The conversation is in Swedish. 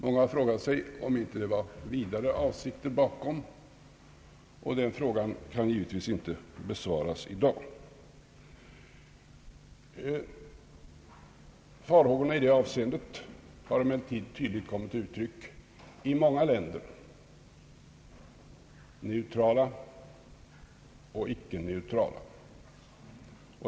Många har undrat om det inte finns vidare avsikter bakom, och den frågan kan givetvis inte besvaras i dag. Farhågorna i det avseendet har emellertid tydligt kommit till uttryck i många länder, neutrala och icke neutrala.